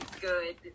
good